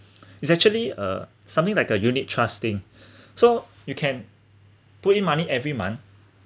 is actually uh something like a unit trusting so you can put in money every month